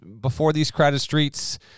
before-these-crowded-streets